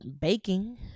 baking